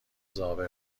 زابه